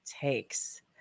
takes